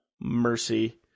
Mercy